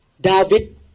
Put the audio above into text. David